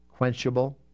quenchable